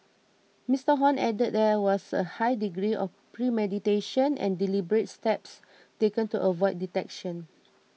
Mister Hon added that there was a high degree of premeditation and deliberate steps taken to avoid detection